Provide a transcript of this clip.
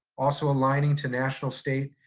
also aligning to national, state,